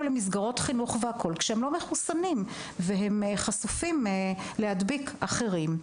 למסגרות חינוך כשהם לא מחוסנים וכך הם יכולים להדביק אחרים,